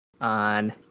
on